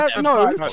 no